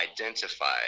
identified